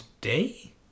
today